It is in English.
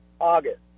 August